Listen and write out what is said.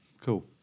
cool